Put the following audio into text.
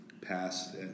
passed